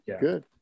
Good